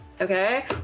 Okay